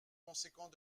conséquent